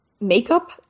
makeup